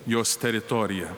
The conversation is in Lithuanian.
jos teritorija